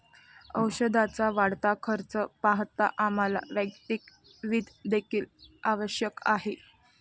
औषधाचा वाढता खर्च पाहता आम्हाला वैयक्तिक वित्त देखील आवश्यक आहे